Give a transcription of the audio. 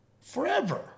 forever